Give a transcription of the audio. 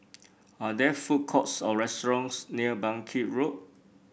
are there food courts or restaurants near Bangkit Road